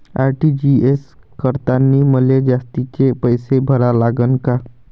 RTGS करतांनी मले जास्तीचे पैसे भरा लागन का?